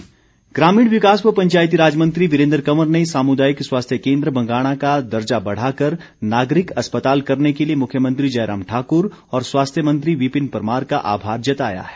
वीरेन्द्र कंवर ग्रामीण विकास व पंचायती राज मंत्री वीरेन्द्र कंवर ने सामुदायिक स्वास्थ्य केन्द्र बंगाणा का दर्जा बढ़ाकर नागरिक अस्पताल करने के लिए मुख्यमंत्री जयराम ठाक्र और स्वास्थ्य मंत्री विपिन परमार का आभार जताया है